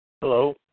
Hello